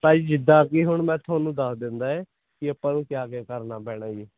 ਬਾਈ ਜਿੱਦਾਂ ਕਿ ਹੁਣ ਮੈਂ ਤੁਹਾਨੂੰ ਦੱਸ ਦਿੰਦਾ ਹੈ ਕਿ ਆਪਾਂ ਨੂੰ ਕਿ ਕਿਆ ਕਰਨਾ ਪੈਣਾ ਜੀ